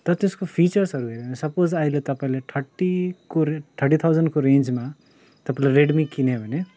तर त्यसको फिचर्सहरू हेऱ्यो भने सपोज अहिले तपाईँले थर्टीको थर्टी थाउजनको रेन्जमा तपाईँले रेडमी किन्यो भने